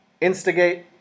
Instigate